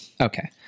Okay